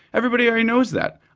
everybody already knows that.